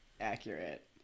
Accurate